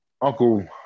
Uncle